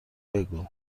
بگو